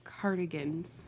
Cardigans